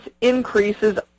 Increases